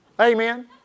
Amen